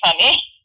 funny